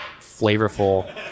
flavorful